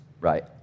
right